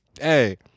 hey